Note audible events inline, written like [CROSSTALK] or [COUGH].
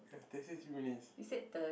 ya they say three minutes [BREATH]